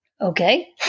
Okay